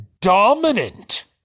dominant